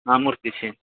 हँ मूर्ति छै